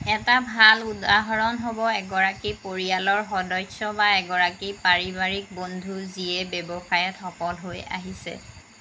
এটা ভাল উদাহৰণ হ'ব এগৰাকী পৰিয়ালৰ সদস্য বা এগৰাকী পাৰিবাৰিক বন্ধু যিয়ে ব্যৱসায়ত সফল হৈ আহিছে